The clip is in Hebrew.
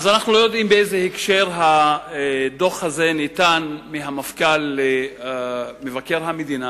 אנחנו לא יודעים באיזה הקשר הדוח הזה ניתן מהמפכ"ל למבקר המדינה,